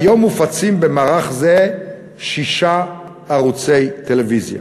היום מופצים במערך זה שישה ערוצי טלוויזיה: